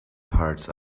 parts